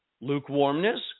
lukewarmness